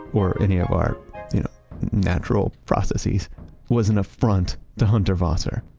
or any of our natural processes was an affront to hundertwasser,